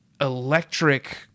electric